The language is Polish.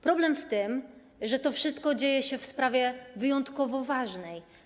Problem polega na tym, że to wszystko dzieje się w sprawie wyjątkowo ważnej.